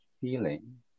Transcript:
feeling